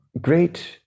great